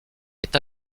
est